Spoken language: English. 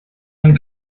and